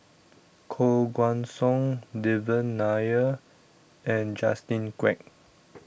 Koh Guan Song Devan Nair and Justin Quek